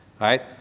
right